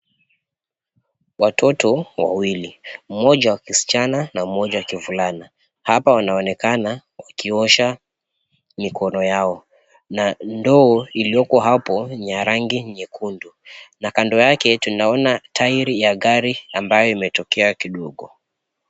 Watoto wawili, mmoja wa kischana na mmoja wa kivulana, hapa wanaonekana wakiosha mikono yao na ndoo iliyoko hapo ni ya rangi nyekundu na kando yake tunaona tairi ya gari ambayo imetokea kidogo.